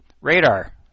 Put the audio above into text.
Radar